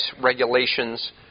regulations